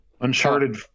Uncharted